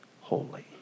holy